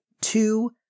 Two